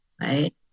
right